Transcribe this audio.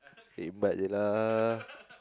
hemat je lah